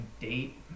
date